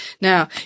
Now